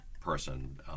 person